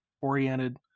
oriented